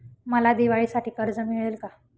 मला दिवाळीसाठी कर्ज मिळेल का?